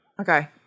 Okay